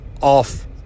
off